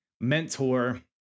mentor